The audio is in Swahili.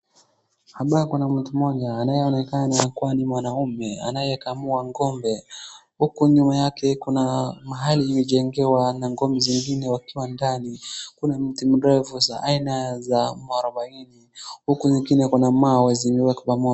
Hapa kuna mtu mmoaja anayeonekana kuwa ni mwanaume anayekamua ng'ombe huku nyuma yake kuna mahali imejengewa na ng'ombe zingine wakiwa ndani. Kuna miti mrefu za aina za muarubaini. Huku zingine kuna mawe zimewekwa pamoja.